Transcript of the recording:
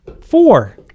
four